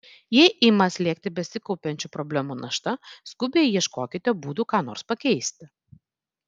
jei ima slėgti besikaupiančių problemų našta skubiai ieškokite būdų ką nors pakeisti